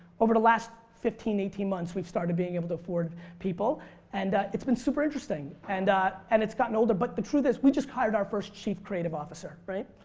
over the last fifteen, eighteen months we've started being able to afford people and it's been super interesting. and and it's gotten older but the truth is we just hired our chief creative officer, right?